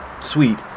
sweet